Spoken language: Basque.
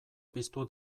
piztu